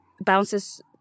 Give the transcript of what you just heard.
bounces